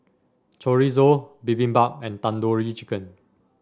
Chorizo Bibimbap and Tandoori Chicken